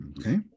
Okay